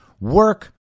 work